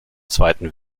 zweiten